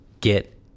get